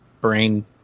brain